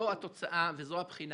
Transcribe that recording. זו התוצאה וזו הבחינה